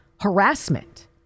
harassment